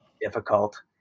difficult